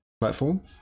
platform